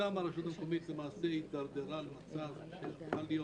משם הרשות המקומית התדרדרה למצב שהיא הפכה להיות